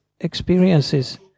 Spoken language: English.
experiences